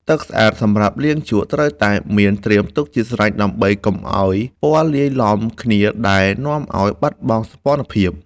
ទឹកស្អាតសម្រាប់លាងជក់ ត្រូវតែមានត្រៀមទុកជាស្រេចដើម្បីកុំឱ្យពណ៌លាយឡំគ្នាដែលនាំឱ្យបាត់បង់សោភ័ណភាព។